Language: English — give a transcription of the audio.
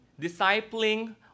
discipling